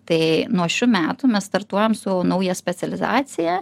tai nuo šių metų mes startuojam su nauja specializacija